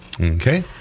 Okay